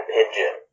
Pigeon